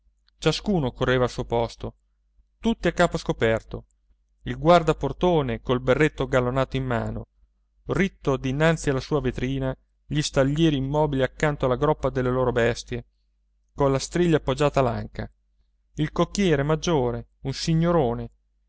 ciascuno correva al suo posto tutti a capo scoperto il guardaportone col berretto gallonato in mano ritto dinanzi alla sua vetrina gli stallieri immobili accanto alla groppa delle loro bestie colla striglia appoggiata all'anca il cocchiere maggiore un signorone